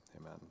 Amen